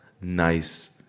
nice